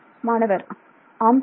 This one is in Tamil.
மாணவர் ஆமாம் சார்